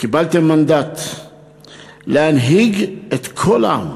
קיבלתם מנדט להנהיג את כל העם,